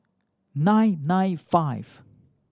nine nine five